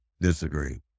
disagree